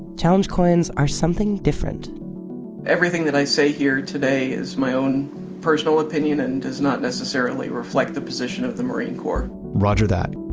challenge coins are something different everything that i say here today is my own personal opinion and does not necessarily reflect the position of the marine corps roger that.